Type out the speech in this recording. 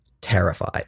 terrified